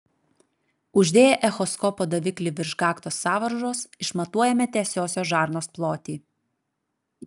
uždėję echoskopo daviklį virš gaktos sąvaržos išmatuojame tiesiosios žarnos plotį